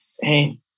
hey